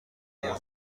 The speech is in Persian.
بزرگ